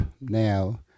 now